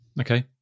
Okay